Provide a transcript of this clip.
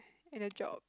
in a job